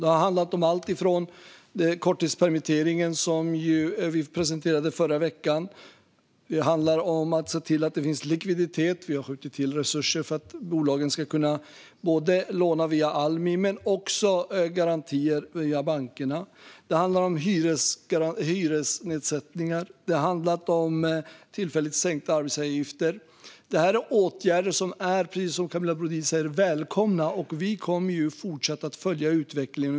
Det har handlat om allt från korttidspermitteringen, som vi ju presenterade förra veckan, till att se till att det finns likviditet. Vi har skjutit till resurser för att bolagen ska kunna både låna via Almi och få garantier via bankerna. Det har handlat om hyresnedsättningar och tillfälligt sänkta arbetsgivaravgifter. Dessa åtgärder är, precis som Camilla Brodin säger, välkomna. Vi kommer att fortsätta att följa utvecklingen.